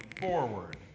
forward